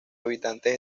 habitantes